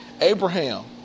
Abraham